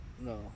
No